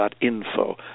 Info